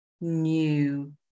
new